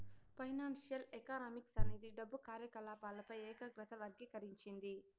financial economics అనేది డబ్బు కార్యకాలపాలపై ఏకాగ్రత వర్గీకరించింది